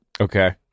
Okay